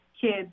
kids